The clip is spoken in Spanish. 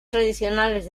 tradicionales